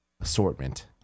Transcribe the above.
assortment